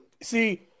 See